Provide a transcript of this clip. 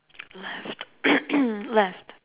left left